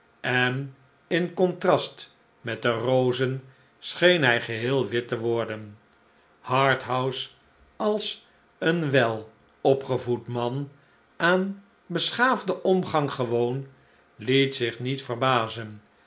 en in contrast met de rozen scheen hij geheel wit te worden harthouse als een welopgevoed man aan beschaafden omgang gewoon liet zich niet verbazen